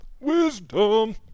Wisdom